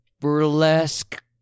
burlesque